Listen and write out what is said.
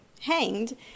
hanged